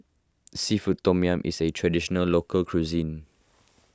Seafood Tom Yum is a Traditional Local Cuisine